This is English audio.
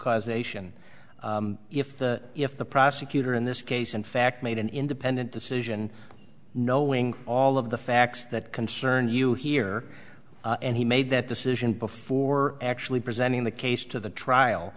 causation if if the the prosecutor in this case in fact made an independent decision knowing all of the facts that concern you here and he made that decision before actually presenting the case to the trial